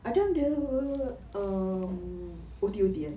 adam dia um O_T_O_T ah